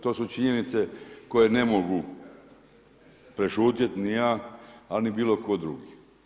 To su činjenice koje ne mogu prešutjeti ni ja, a ni bilo tko drugi.